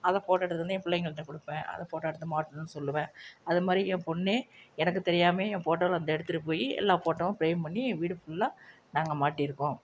அதை ஃபோட்டோ எடுத்துட்டு வந்து என் பிள்ளைங்கள்கிட்ட கொடுப்பேன் அதை ஃபோட்டோ எடுத்து மாட்டணுன்னு சொல்லுவேன் அது தி மாதிரி என் பொண்ணு எனக்கு தெரியாமையே என் ஃபோட்டோவில் வந்து எடுத்துட்டு போய் எல்லா ஃபோட்டோவும் ஃப்ரேம் பண்ணி என் வீடு ஃபுல்லாக நாங்கள் மாட்டிருக்கோம்